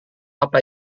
apa